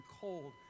cold